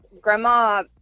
grandma